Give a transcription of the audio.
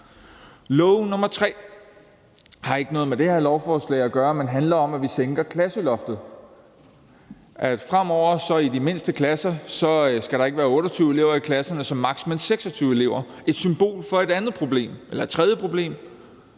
Låge nummer tre har ikke noget med det her lovforslag at gøre, men handler om, at vi sænker klasseloftet, så der fremover i de mindste klasser ikke som maks. skal være 28 elever, men 26 elever. Det er et symbol på et tredje problem,